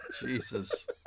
Jesus